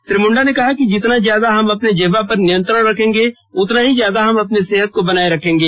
श्री मुंडा ने कहा कि जितना ज्यादा हम अपने जिह्वा पर नियंत्रण रखेंगे उतना ही ज्यादा हम अपने सेहत को बनाए रखेंगे